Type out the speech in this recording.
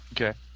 Okay